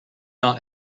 not